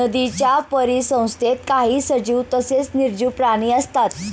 नदीच्या परिसंस्थेत काही सजीव तसेच निर्जीव प्राणी असतात